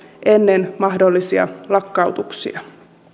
ennen mahdollisia lakkautuksia